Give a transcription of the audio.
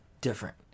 different